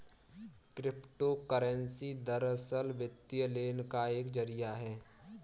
crypto currency दरअसल, वित्तीय लेन देन का एक जरिया है